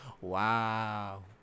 Wow